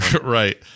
Right